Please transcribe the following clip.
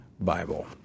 Bible